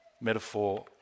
Metaphor